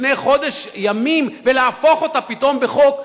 לפני חודש ימים ולהפוך אותה פתאום בחוק,